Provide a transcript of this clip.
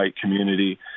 community